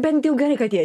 bent jau gerai kad jie